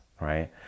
right